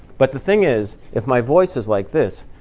but the thing is if my voice is like this,